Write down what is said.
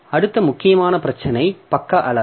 அடுத்த முக்கியமான பிரச்சினை பக்க அளவு